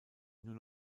nur